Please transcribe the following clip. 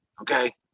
okay